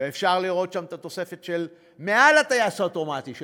אפשר לראות שם את התוספת מעל הטייס האוטומטי של